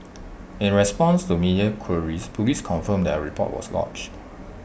in response to media queries Police confirmed that A report was lodged